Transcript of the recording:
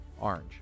orange